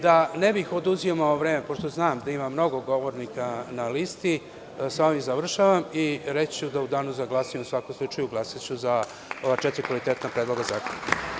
Da ne bi oduzimao vreme, pošto znam da ima mnogo govornika na listi, sa ovim završavam i reći ću da u danu za glasanje glasaću za ova četiri konkretna predloga zakona.